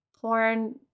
porn